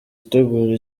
utegura